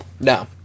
no